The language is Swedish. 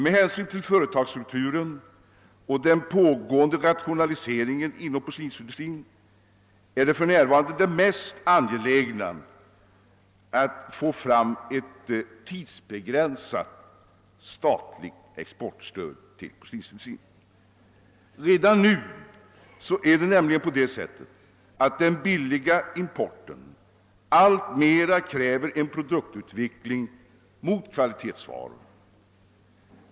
Med hänsyn till företagsstrukturen och den pågående rationaliseringen inom porslinsindustrin är det för närvarande mest angeläget att få fram ett tidsbegränsat statligt exportstöd till porslinsindustrin. Redan nu kräver nämligen den billiga importen alltmer en produktutveckling mot kvalitetsvaror.